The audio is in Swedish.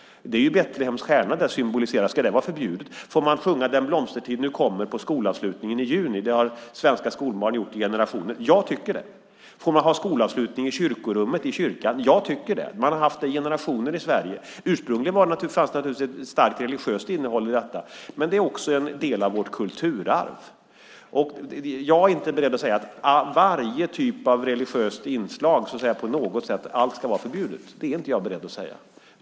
Den symboliserar Betlehems stjärna. Ska den vara förbjuden? Får man sjunga Den blomstertid nu kommer på skolavslutningen i juni? Det har svenska skolbarn gjort i generationer. Jag tycker det. Får man ha skolavslutning i kyrkorummet i kyrkan? Jag tycker det. Man har haft det i generationer i Sverige. Ursprungligen fanns naturligtvis ett starkt religiöst innehåll i detta, men det är också en del av vårt kulturarv. Jag är inte beredd att säga att varje typ av religiöst inslag på något sätt ska vara förbjudet. Det är jag inte beredd att säga.